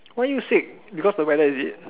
why you sick because the weather is it